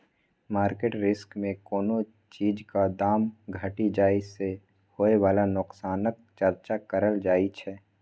market risk मे कोनो चीजक दाम घटि जाइ सँ होइ बला नोकसानक चर्चा करल जाइ छै